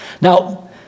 Now